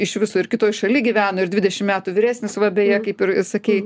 iš viso ir kitoj šalyj gyveno ir dvidešim metų vyresnis va beje kaip ir i sakei